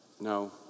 No